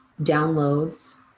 downloads